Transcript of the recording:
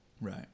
Right